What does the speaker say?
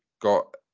got